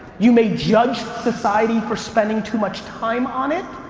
you may judge society for spending too much time on it,